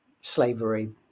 slavery